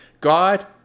God